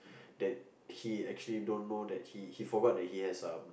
that he actually don't know that he he forgot that he has a